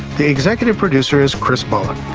the executive producer is chris bullock,